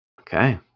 Okay